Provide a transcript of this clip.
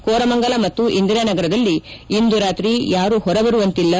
ಕೋರಮಂಗಲ ಮತ್ತು ಇಂದಿರಾನಗರದಲ್ಲಿ ಇಂದು ರಾತ್ರಿ ಯಾರೂ ಹೊರಬರುವಂತಿಲ್ಲ